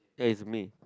ya is May